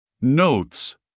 Notes